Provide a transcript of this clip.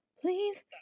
Please